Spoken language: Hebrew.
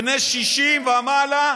בני 60 ומעלה.